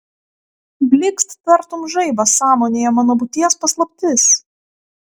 blykst tartum žaibas sąmonėje mano būties paslaptis